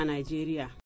Nigeria